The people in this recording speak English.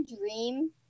dream